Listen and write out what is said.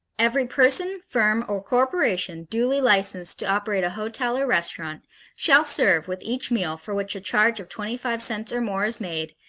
every person, firm or corporation duly licensed to operate a hotel or restaurant shall serve with each meal for which a charge of twenty-five cents or more is made,